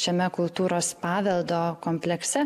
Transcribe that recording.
šiame kultūros paveldo komplekse